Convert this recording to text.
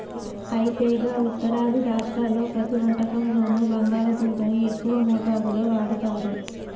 అయితే గా ఉత్తరాది రాష్ట్రాల్లో ప్రతి వంటకంలోనూ బంగాళాదుంపని ఎక్కువ మోతాదులో వాడుతారు